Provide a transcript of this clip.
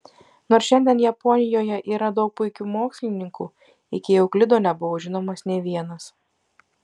nors šiandien japonijoje yra daug puikių mokslininkų iki euklido nebuvo žinomas nė vienas